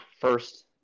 first